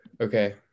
Okay